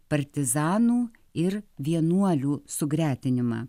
partizanų ir vienuolių sugretinimą